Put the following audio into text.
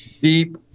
deep